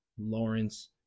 Lawrence